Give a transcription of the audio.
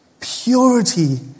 purity